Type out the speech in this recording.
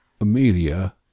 Amelia